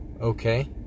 Okay